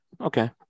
Okay